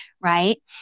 right